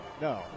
No